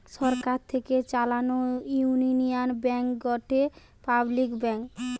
সরকার থেকে চালানো Union Bank গটে পাবলিক ব্যাঙ্ক